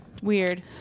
weird